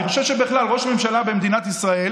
אני חושב שבכלל, ראש ממשלה במדינת ישראל